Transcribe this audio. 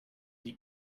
die